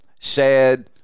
sad